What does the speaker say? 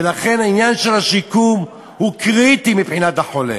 ולכן, העניין של השיקום הוא קריטי מבחינת החולה.